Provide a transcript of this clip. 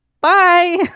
bye